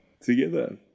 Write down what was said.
together